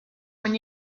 when